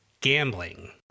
Gambling